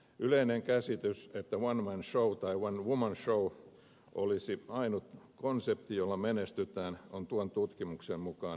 yleinen käsitys että one man show tai one woman show olisi ainut konsepti jolla menestytään on tuon tutkimuksen mukaan virheellinen